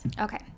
Okay